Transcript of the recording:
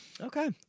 Okay